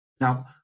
Now